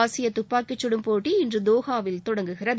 ஆசிய தப்பாக்கிச் சுடும் போட்டி இன்று தோஹாவில் தொடங்குகிறது